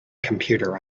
computer